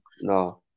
No